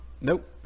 Nope